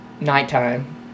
nighttime